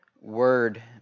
word